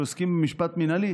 שעוסקים במשפט מינהלי.